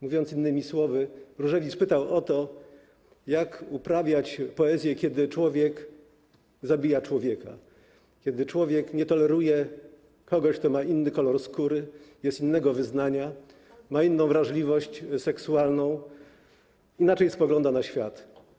Mówiąc innymi słowy, Różewicz pytał o to, jak uprawiać poezję, kiedy człowiek zabija człowieka, kiedy człowiek nie toleruje kogoś, kto ma inny kolor skóry, jest innego wyznania, ma inną wrażliwość seksualną, inaczej spogląda na świat.